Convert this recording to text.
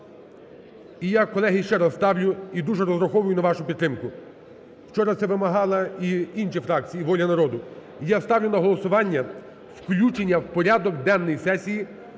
І я, колеги, ще раз ставлю і дуже розраховую на вашу підтримку, вчора це вимагали і інші фракції, і "Воля народу" і я ставлю на голосування включення у порядок денний сесії